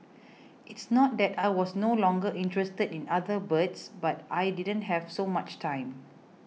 it's not that I was no longer interested in other birds but I didn't have so much time